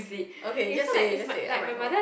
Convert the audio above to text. okay just say it just say it I might know